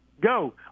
Go